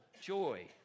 joy